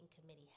committee